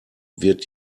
wird